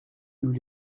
lui